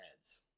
heads